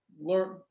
learn